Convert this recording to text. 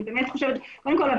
קודם כל,